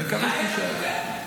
אליי אתה מדבר?